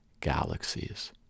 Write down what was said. galaxies